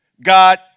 God